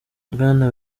bwana